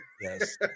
Yes